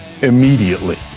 immediately